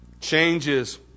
Changes